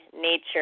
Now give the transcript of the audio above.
nature